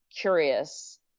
curious